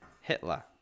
Hitler